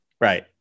right